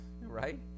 right